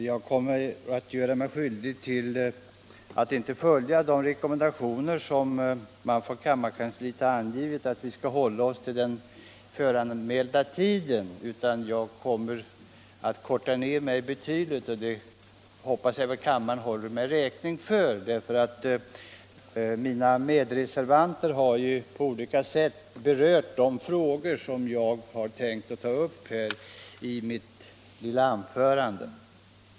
Jag kommer nu att göra mig skyldig till att inte följa de rekommendationer som kammarkansliet har angivit, nämligen att vi skall hålla den föranmälda tiden, utan jag kommer att korta ner mitt anförande betydligt — och detta hoppas jag att kammaren håller mig räkning för — eftersom mina medreservanter redan på olika sätt har berört de frågor som jag hade tänkt ta upp i mitt lilla anförande.